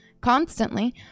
constantly